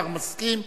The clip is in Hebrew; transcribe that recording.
השר מסכים,